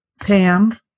Pam